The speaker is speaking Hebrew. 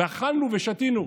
ואכלנו ושתינו.